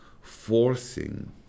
forcing